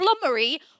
flummery